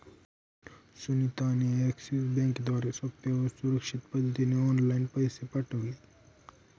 सुनीता ने एक्सिस बँकेद्वारे सोप्या व सुरक्षित पद्धतीने ऑनलाइन पैसे पाठविले